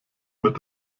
mit